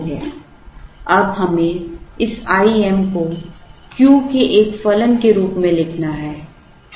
अब हमें इस I m को Q के एक फलन के रूप में लिखना है